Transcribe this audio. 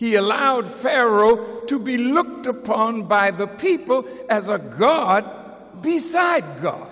he allowed pharaoh to be looked upon by the people as a god beside go